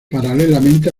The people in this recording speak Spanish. paralelamente